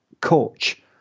coach